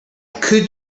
could